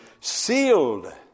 sealed